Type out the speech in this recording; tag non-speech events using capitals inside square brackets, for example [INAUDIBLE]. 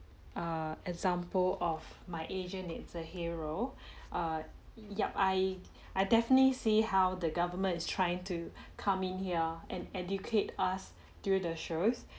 err example of my asia needs a hero [BREATH] err yup I I definitely see how the government is trying to come in here and educate us through the shows